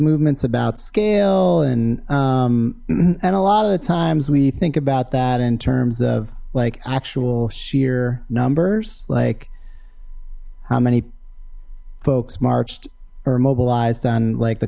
movements about scale and and a lot of the times we think about that in terms of like actual sheer numbers like how many folks marched or mobilized on like the